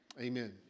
amen